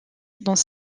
dans